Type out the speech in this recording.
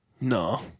No